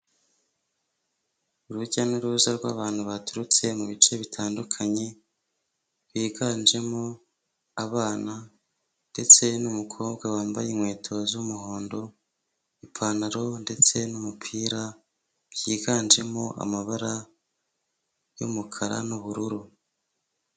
Urujya n'uruza rw'abantu baturutse mu bice bitandukanye biganjemo abana ndetse n'umukobwa wambaye inkweto z'umuhondo, ipantaro ndetse n'umupira byiganjemo amabara y'umukara n'ubururu.